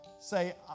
say